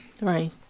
right